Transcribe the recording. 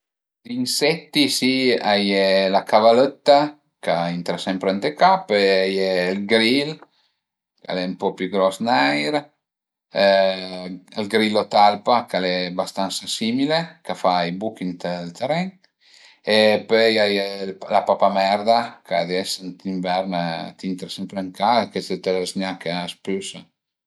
Insetti si a ie la cavalëtta ch'a intra sempre ën la ca, pöi a ie ël gril ch'al e ën po pi gros, neir, ël grillo talpa ch'al e bastansa simile, ch'a fa i buchi ënt ël teren e pöi a ie la papamerda ch'ades d'invern a intra sempre ën la ca e che si t'la zgnache a spüsa